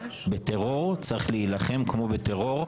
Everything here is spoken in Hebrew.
בטרור צריך להילחם כמו בטרור,